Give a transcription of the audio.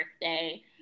birthday